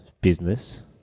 business